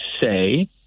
say